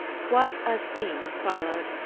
quite a scene followed,